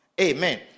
Amen